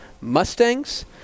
Mustangs